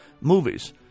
movies